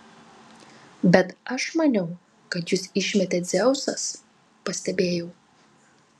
bet aš maniau kad jus išmetė dzeusas pastebėjau